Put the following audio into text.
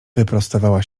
wyprostowała